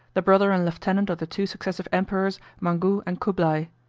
the brother and lieutenant of the two successive emperors, mangou and cublai.